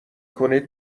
کنید